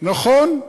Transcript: נכון,